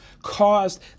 caused